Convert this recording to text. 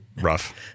rough